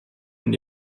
und